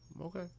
Okay